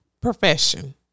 profession